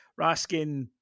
Raskin